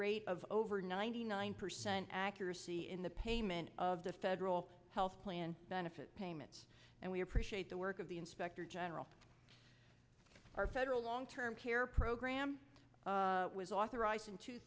rate of over ninety nine percent accuracy in the payment of the federal health plan benefit payments and we appreciate the work of the inspector general our federal long term care program was authorized in two